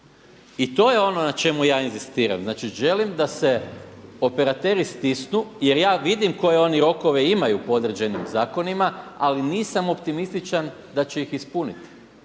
I to je ono na čemu ja inzistiram, znači želim da se operateri stisnu jer ja vidim koje oni rokove imaju po određenim zakonima ali nisam optimističan da će ih ispuniti